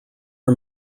are